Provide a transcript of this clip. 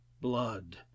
blood